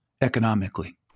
economically